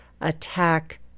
attack